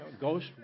Ghost